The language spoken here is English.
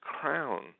crown